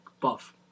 Buff